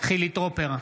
חילי טרופר,